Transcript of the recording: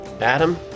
adam